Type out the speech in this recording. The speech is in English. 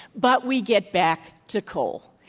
but we get back to coal.